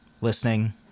listening